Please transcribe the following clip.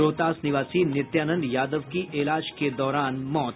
रोहतास निवासी नित्यानंद यादव की इलाज के दौरान मौत